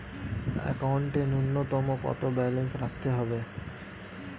একাউন্টে নূন্যতম কত ব্যালেন্স রাখতে হবে?